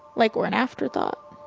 like we're an after-thought